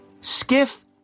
Skiff